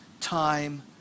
time